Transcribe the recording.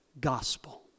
gospel